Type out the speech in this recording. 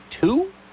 two